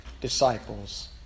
disciples